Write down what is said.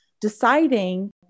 deciding